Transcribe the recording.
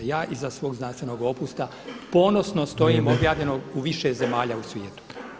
Ja iza svog znanstvenog opusa ponosno stojim objavljenog u više zemalja u svijetu.